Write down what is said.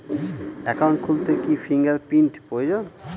Account খুলতে কি fingerprint প্রয়োজন?